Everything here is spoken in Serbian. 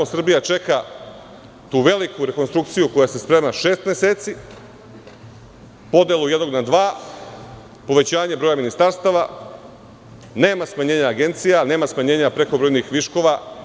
Srbija čeka tu veliku rekonstrukciju koja se sprema šest meseci, podelu jednog na dva, povećanje broja ministarstva, nema smanjenja agencija, nema smanjenja prekobrojnih viškova.